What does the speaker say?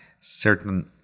certain